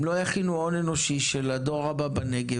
אם לא יכינו את ההון האנושי של הדור הבא בנגב,